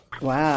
Wow